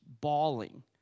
bawling